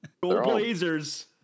Blazers